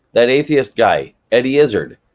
that atheist guy, eddie izzard,